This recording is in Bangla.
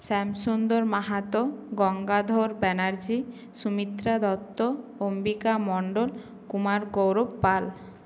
শ্যামসুন্দর মাহাতো গঙ্গাধর ব্যানার্জী সুমিত্রা দত্ত অম্বিকা মণ্ডল কুমার গৌরব পাল